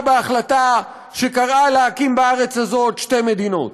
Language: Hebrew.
בהחלטה שקראה להקים בארץ הזאת שתי מדינות.